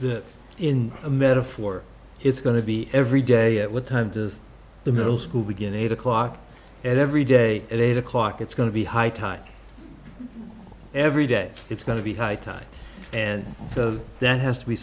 that in a metaphor it's going to be every day at what time does the middle school begin eight o'clock every day at eight o'clock it's going to be high time every day it's going to be high time and that has to be